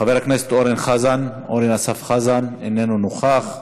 חבר הכנסת אורן אסף חזן, איננו נוכח,